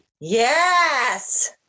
Yes